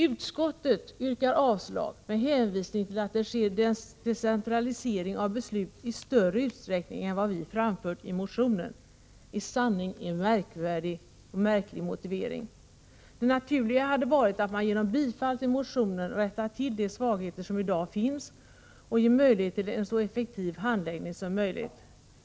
Utskottet yrkar avslag med hänvisning till att det sker en decentralisering av beslut i större utsträckning än vad vi framfört i motionen, en i sanning märklig motivering. Det naturliga hade varit att genom bifall till motionen komma till rätta med de svagheter som i dag finns och ge möjlighet till en så effektiv handläggning som möjligt.